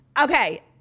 Okay